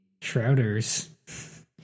shrouders